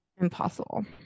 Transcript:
Impossible